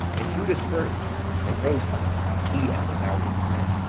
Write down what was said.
and judas heard of it, and rose up, he and the valiant men,